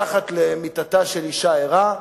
מתחת למיטתה של אשה הרה,